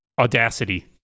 Audacity